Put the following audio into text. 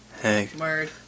hey